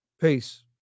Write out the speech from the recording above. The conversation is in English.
Peace